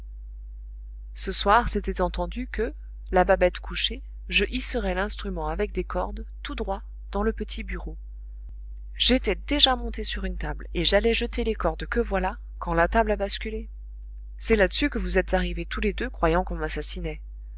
ce soin c'était entendu que la babette couchée je hisserais l'instrument avec des cordes tout droit dans le petit bureau j'étais déjà monté sur une table et j'allais jeter les cordes que voilà quand la table a basculé c'est là-dessus que vous êtes arrivés tous les deux croyant qu'on m'assassinait